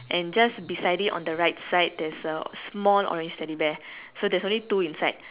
and just beside it in the right side there's a small orange teddy bear so there is only two inside